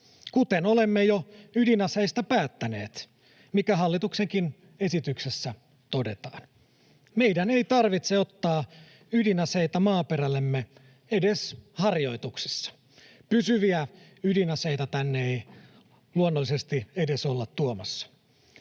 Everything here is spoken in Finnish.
kuten olemme jo ydinaseista päättäneet, mikä hallituksenkin esityksessä todetaan. Meidän ei tarvitse ottaa ydinaseita maaperällemme edes harjoituksissa — pysyviä ydinaseita tänne ei luonnollisesti edes olla tuomassa.